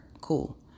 Cool